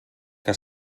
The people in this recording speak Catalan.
que